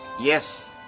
yes